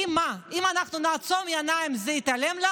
אם אנחנו נעצום עיניים זה ייעלם?